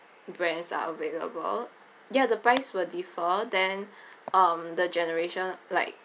brands are available ya the price will differ then um the generation like